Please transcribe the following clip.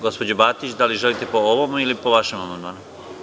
Gospođo Batić, da li želite po ovom ili po vašem amandmanu?